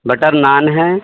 butter naan ہیں